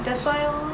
that's why lor